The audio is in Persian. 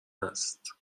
هست